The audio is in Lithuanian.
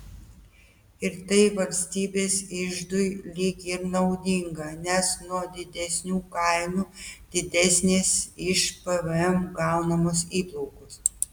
ir tai valstybės iždui lyg ir naudinga nes nuo didesnių kainų didesnės iš pvm gaunamos įplaukos